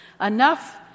enough